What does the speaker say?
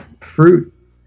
fruit